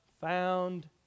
found